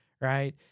right